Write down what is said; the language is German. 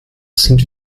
sind